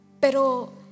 pero